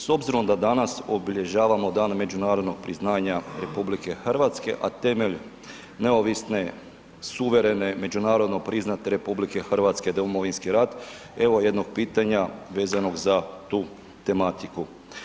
S obzirom da danas obilježavamo Dan međunarodnog priznanja RH a temelj neovisne, suverene, međunarodno priznate RH je Domovinski rat, evo jednog pitanja vezanog za tu tematiku.